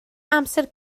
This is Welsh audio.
amser